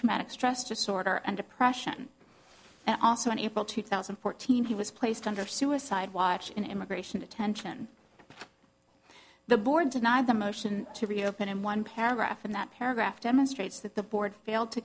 traumatic stress disorder and depression and also in april two thousand and fourteen he was placed under suicide watch in immigration detention the board denied the motion to reopen and one paragraph in that paragraph demonstrates that the board failed to